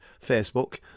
facebook